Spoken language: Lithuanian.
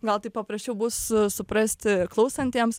gal taip paprasčiau bus suprasti klausantiems